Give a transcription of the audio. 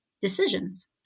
decisions